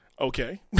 Okay